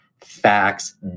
facts